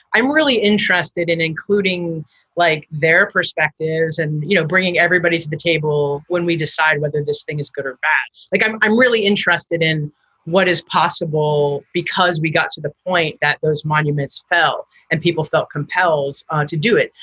i'm really interested in including like their perspectives and you know bringing everybody to the table when we decide whether this thing is good or bad. like, i'm i'm really interested in what is possible, because we got to the point that those monuments fell and people felt compelled ah to do it.